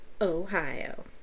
Ohio